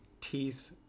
teeth